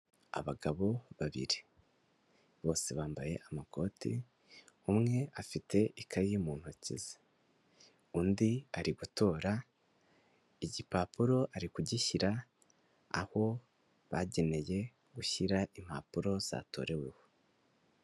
Abagabo babiri, bose bambaye amakoti, umwe afite ikayi mu ntoki ze, undi ari gutora igipapuro ari kugishyira aho bageneye gushyira impapuro zatoreweho.